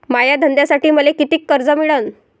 माया धंद्यासाठी मले कितीक कर्ज मिळनं?